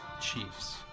Chiefs